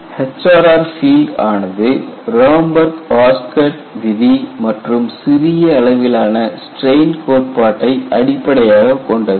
HRR field ஆனது Ramberg Osgood விதி மற்றும் சிறிய அளவிலான ஸ்டிரெயின் கோட்பாட்டை அடிப்படையாகக் கொண்டது